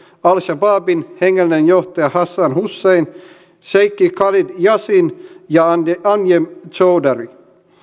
al shabaabin hengellinen johtaja hassan hussein seikki khalid yasin ja anjem choudary